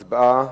הצבעה.